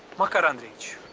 makar andreevich,